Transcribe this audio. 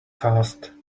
fast